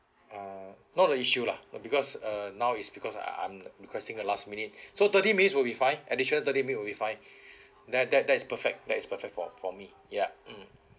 ah not an issue lah because uh now is because ah I'm requesting the last minute so thirty minutes will be fine additional thirty minute will be fine that that that is perfect that is perfect for me ya mm